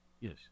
Yes